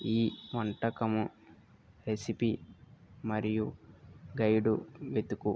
ఈ వంటకము రెసిపీ మరియు గైడు వెతుకు